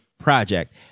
project